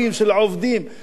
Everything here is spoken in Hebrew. של עובדים,